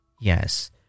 Yes